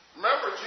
Remember